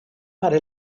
para